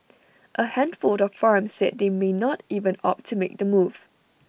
A handful of farms said they may not even opt to make the move